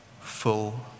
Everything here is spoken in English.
full